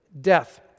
death